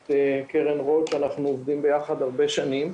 את קרן רוט, שאנחנו עובדים ביחד הרבה שנים.